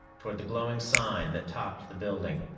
toward the glowing sign that topped the building.